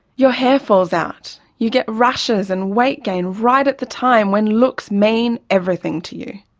your hair falls out, you get rashes and weight gain right at the time when looks mean everything to you.